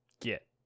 get